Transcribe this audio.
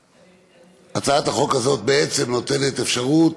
הצעת החוק הזאת בעצם נותנת אפשרות,